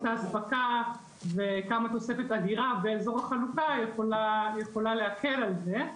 מהירות האספקה וכמה תוספת אגירה באזור החלוקה יכולה להקל על זה?